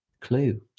Clue